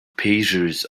pastures